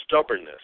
stubbornness